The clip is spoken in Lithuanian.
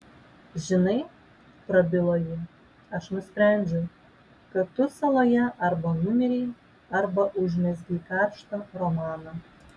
žinai prabilo ji aš nusprendžiau kad tu saloje arba numirei arba užmezgei karštą romaną